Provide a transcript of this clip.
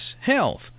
health